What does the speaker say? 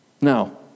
Now